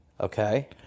Okay